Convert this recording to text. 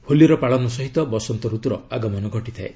ହୋଲିର ପାଳନ ସହ ବସନ୍ତ ଋତୁର ଆଗମନ ଘଟିଥାଏ